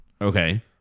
Okay